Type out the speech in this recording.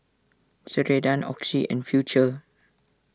Ceradan Oxy and Futuro